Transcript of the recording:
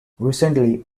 recently